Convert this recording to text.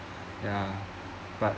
ya but